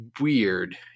weird